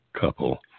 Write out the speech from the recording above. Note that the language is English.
couple